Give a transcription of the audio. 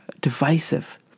divisive